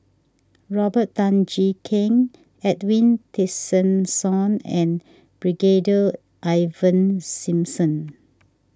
Robert Tan Jee Keng Edwin Tessensohn and Brigadier Ivan Simson